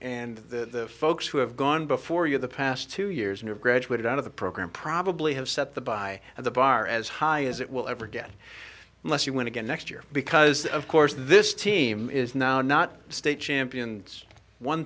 and the folks who have gone before you the past two years and have graduated out of the program probably have set the buy and the bar as high as it will ever get unless you want to get next year because of course this team is now not state champions one